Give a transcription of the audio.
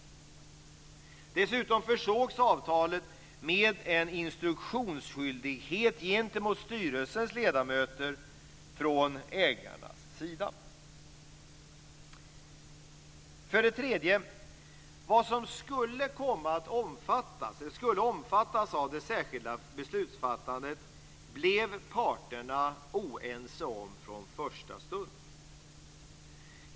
Dessutom försågs avtalet med en instruktionsskyldighet gentemot styrelsens ledamöter från ägarnas sida. För det tredje: Vad som skulle omfattas av det särskilda beslutsfattandet blev parterna oense om från första stund.